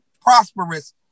prosperous